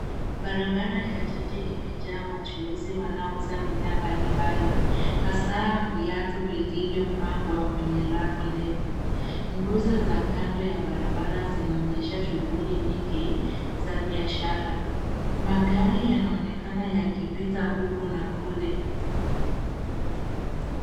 Barabara ya jiji imejaa wachuuzi wanaouza bidhaa mbali mbali, hasa viatu vilivyopangwa kwenye rafu ndefu. Nguzo za kando ya barabara zinaonyesha shughuli nyingi za biashara. Magari yanaonekana yakipita huko na kule.